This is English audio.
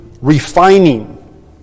refining